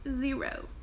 zero